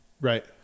right